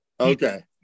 Okay